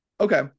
Okay